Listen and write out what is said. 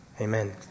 amen